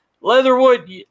Leatherwood –